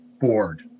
board